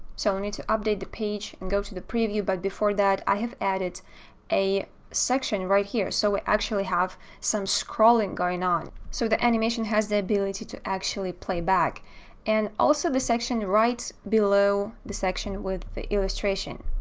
so i need to update the page and go to the preview. but before that i have added a section right here, so we actually have some scrolling going on, so the animation has the ability to actually play back and also the section right below the section with the illustration.